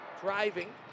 driving